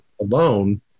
alone